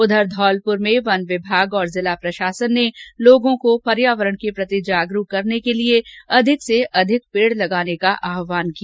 उधर धौलपुर में वन विभाग और जिला प्रशासन ने लोगों को पर्यावरण के प्रति जागरूक करने के लिये अधिक से अधिक पेड लगाने का आहवान किया